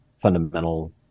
fundamental